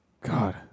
God